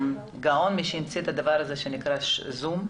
גאון מי שהמציא את הדבר הזה שנקרא זום.